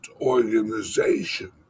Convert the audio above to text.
organization